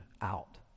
out